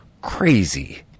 crazy